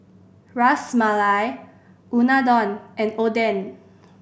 Ras Malai Unadon and Oden